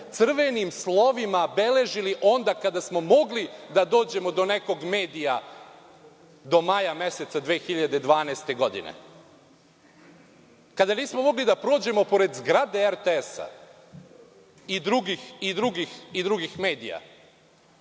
crvenim slovima beležili, onda kada smo mogli, kada dođemo do nekih medija do maja meseca 2012. godine, kada nismo mogli da prođemo pored zgrade RTS i drugih medija?